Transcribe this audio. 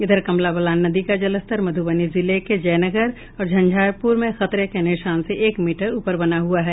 इधर कमला बलान नदी का जलस्तर मधुबनी जिले के जयनगर और झंझारपुर में खतरे के निशान से एक मीटर ऊपर बना हुआ है